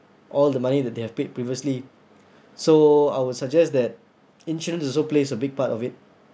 all the money that they have paid previously so I will suggest that insurance also plays a big part of it